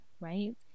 right